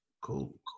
cool